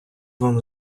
вам